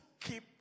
keep